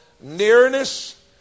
nearness